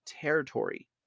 territory